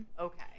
okay